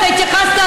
אתה התייחסת,